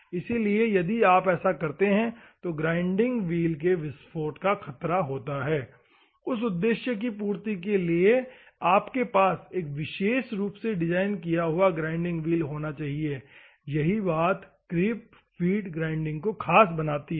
इसलिए यदि आप ऐसा करते हैं तो ग्राइंडिंग व्हील के विस्फोट का खतरा होता है उस उद्देश्य के पूर्ती के लिए आपके पास एक विशेष रूप से डिज़ाइन किया हुआ ग्राइंडिंग व्हील होना चाहिए यही बात क्रीप फीड ग्राइंडिंग को ख़ास बनाती है